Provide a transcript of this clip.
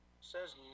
says